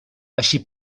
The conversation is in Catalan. així